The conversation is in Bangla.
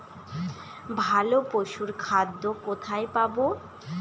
ভালো পশুর খাদ্য কোথায় পাবো?